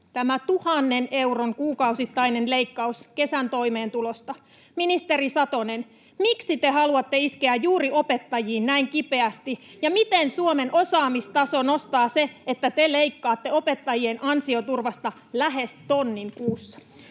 tämä 1 000 euron kuukausittainen leikkaus kesän toimeentulosta. Ministeri Satonen, miksi te haluatte iskeä juuri opettajiin näin kipeästi, ja miten Suomen osaamistasoa nostaa se, että te leikkaatte opettajien ansioturvasta lähes tonnin kuussa?